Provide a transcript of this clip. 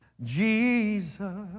Jesus